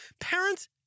Parents